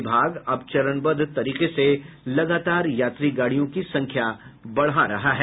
विभाग अब चरणबद्ध तरीके से लगातार यात्री गाडियों की संख्या बढा रहा है